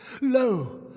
Lo